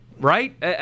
right